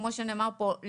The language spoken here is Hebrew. כמו שנאמר פה,